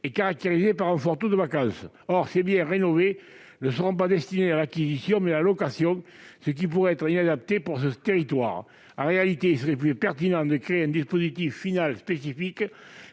et caractérisées par un fort taux de vacance. Or ces biens rénovés seront destinés non pas à l'acquisition, mais à la location, ce qui pourrait être inadapté pour ces territoires. Il serait plus pertinent de créer un dispositif fiscal spécifique